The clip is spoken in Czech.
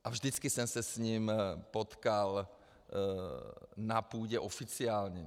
A vždycky jsem se s ním potkal na půdě oficiální.